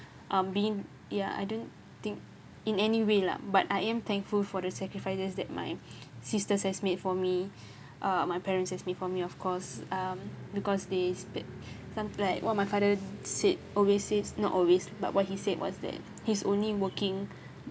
um being ya I don't think in any way lah but I am thankful for the sacrifices that my sisters has made for me uh my parents has made for me of course um because they sp~ some like what my father said always says not always but what he said was that he's only working